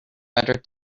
better